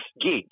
gig